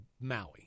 Maui